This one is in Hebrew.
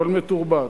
אבל מתורבת.